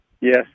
Yes